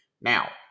Now